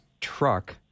truck—